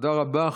תודה רבה.